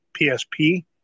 PSP